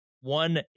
one